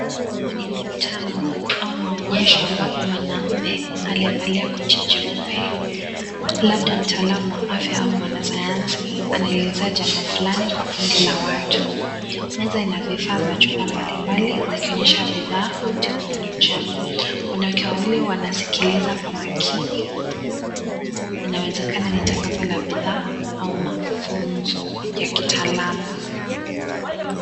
Huu ni mkutano au maonyesho ambapo mwanamme aliyevalia koti jeupe, labda mtaalamu wa afya au mwanasayansi, anaelezea jambo fulani kwa kundi la watu. Meza na vifaa vya chupa mbalimbali, vilionyesha bidhaa au teknolojia. Wanawake wawili wanasikiliza kwa makini, inawezekana ni tangazo la bidhaa au mafunzo ya kitaalam.